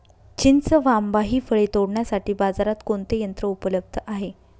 चिंच व आंबा हि फळे तोडण्यासाठी बाजारात कोणते यंत्र उपलब्ध आहे?